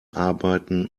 arbeiten